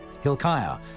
Hilkiah